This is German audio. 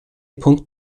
punkt